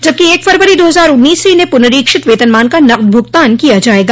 जबकि एक फरवरी दो हजार उन्नीस से इन्हें पुनरीक्षित वेतनमान का नकद भुगतान किया जायेगा